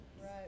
Right